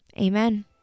Amen